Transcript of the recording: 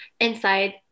inside